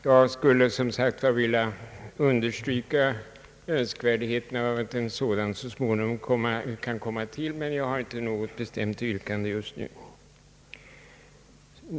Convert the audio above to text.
Jag skulle som sagt vilja understryka önskvärdheten av att en sådan så småningom kan komma till stånd, men jag har inte något bestämt yrkande just nu.